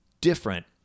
different